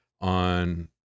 on